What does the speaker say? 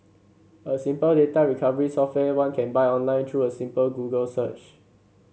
a simple data recovery software one can buy online through a simple Google search